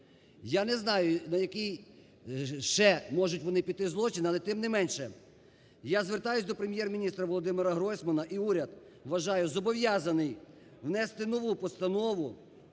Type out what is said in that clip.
Я не знаю, на який ще можуть піти злочин, але тим не менше я звертаюсь до Прем'єр-міністра Володимира Гройсмана, і уряд вважаю, зобов'язаний внести нову постанову